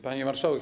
Pani Marszałek!